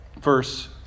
verse